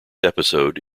episode